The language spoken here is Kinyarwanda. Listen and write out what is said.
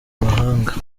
mahanga